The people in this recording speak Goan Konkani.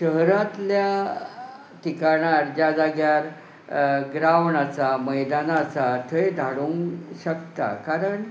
शहरांतल्या ठिकाणार ज्या जाग्यार ग्रावंड आसा मैदानां आसा थंय धाडूंक शकता कारण